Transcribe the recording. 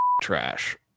trash